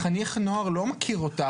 חינוך הנוער לא מכיר אותך,